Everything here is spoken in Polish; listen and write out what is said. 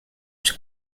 czy